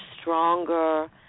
stronger